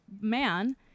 man